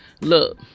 Look